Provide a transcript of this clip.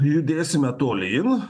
judėsime tolyn